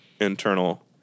internal